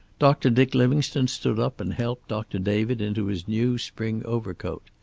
doctor dick livingstone stood up and helped doctor david into his new spring overcoat.